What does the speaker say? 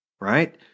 right